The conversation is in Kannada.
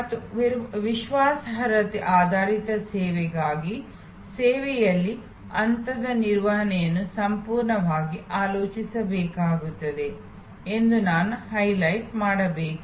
ಮತ್ತು ವಿಶ್ವಾಸಾರ್ಹತೆ ಆಧಾರಿತ ಸೇವೆಗಾಗಿ ಸೇವೆಯಲ್ಲಿನ ಹಂತದ ನಿರ್ವಹಣೆಯನ್ನು ಸಂಪೂರ್ಣವಾಗಿ ಆಲೋಚಿಸಬೇಕಾಗುತ್ತದೆ ಎಂದು ನಾನು ಹೈಲೈಟ್ ಮಾಡಬೇಕು